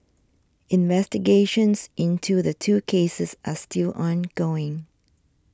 investigations into the two cases are still ongoing